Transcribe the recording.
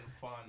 fun